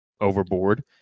overboard